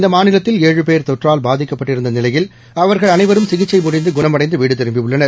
இந்தமாநிலத்தில் பேர்தொற்றால்பாதிக்கப்பட்டிருந்துநிலையில்அவர்கள்அனைவரும்சிகிச் சைமுடிந்துகுணமடைந்துவீடுதிரும்பியுள்ளனர்